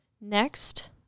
Next